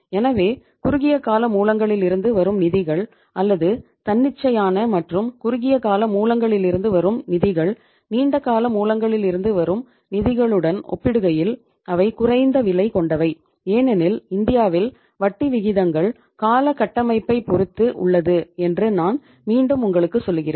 எனவே குறுகிய கால மூலங்களிலிருந்து வரும் நிதிகள் அல்லது தன்னிச்சையான மற்றும் குறுகிய கால மூலங்களிலிருந்து வரும் நிதிகள் நீண்ட கால மூலங்களிலிருந்து வரும் நிதிகளுடன் ஒப்பிடுகையில் அவை குறைந்த விலை கொண்டவை ஏனெனில் இந்தியாவில் வட்டி விகிதங்கள் கால கட்டமைப்பை பொருத்து உள்ளது என்று நான் மீண்டும் உங்களுக்கு சொல்கிறேன்